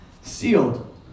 sealed